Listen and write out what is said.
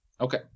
Okay